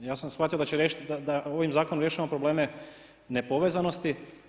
Ja sam shvatio da će, ovim zakonom rješavamo probleme nepovezanosti.